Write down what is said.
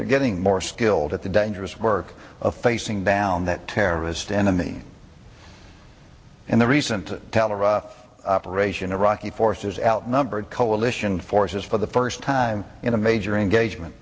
they're getting more skilled at the dangerous work of facing down that terrorist enemy in the recent teller operation iraqi forces outnumbered coalition forces for the first time in a major engagement